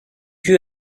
you